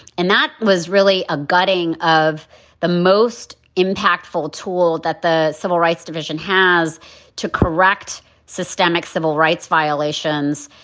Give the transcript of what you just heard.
and that was really a gutting of the most impactful tool that the civil rights division has to correct systemic civil rights violations.